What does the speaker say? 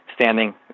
standing